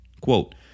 Quote